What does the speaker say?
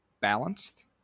balanced